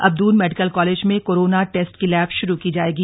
अब Doon medical college में corona test की लैब शुरू की जाएगी